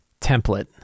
template